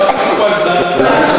אני אתן לך עוד דקה.